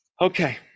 Okay